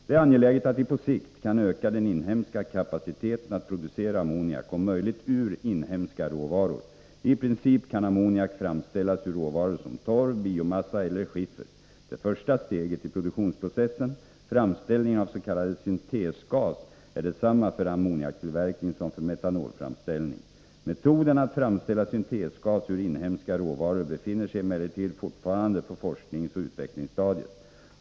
Det är angeläget att vi på sikt kan öka den inhemska kapaciteten att producera ammoniak, om möjligt ur inhemska råvaror. I princip kan ammoniak framställas ur råvaror som torv, biomassa eller skiffer. Det första steget i produktionsprocessen, framställningen avs.k. syntesgas, är detsamma för ammoniaktillverkning som för metanolframställning. Metoderna att framställa syntesgas ur inhemska råvaror befinner sig emellertid fortfarande på forskningsoch utvecklingsstadiet.